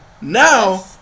Now